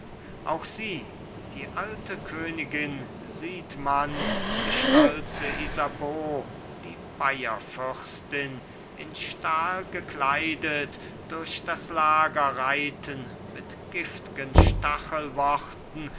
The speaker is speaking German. auch sie die alte königin sieht man die stolze isabeau die bayerfürstin in stahl gekleidet durch das lager reiten mit giftgen